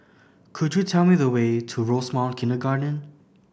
could you tell me the way to Rosemount Kindergarten